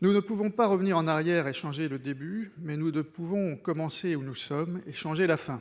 Nous ne pouvons pas revenir en arrière et changer le début, mais nous pouvons commencer où nous sommes et changer la fin. »